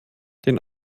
den